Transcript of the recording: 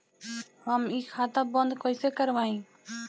हम इ खाता बंद कइसे करवाई?